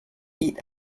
eat